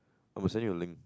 I will send you a link